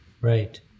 Right